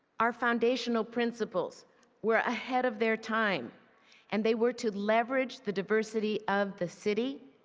our foundational principles were ahead of their time and they were to leverage the diversity of the city,